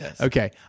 Okay